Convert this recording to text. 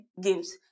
games